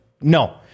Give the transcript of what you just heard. No